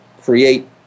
create